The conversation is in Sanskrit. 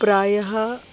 प्रायः